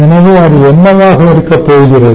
எனவே அது என்னவாக இருக்கப்போகிறது